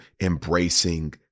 embracing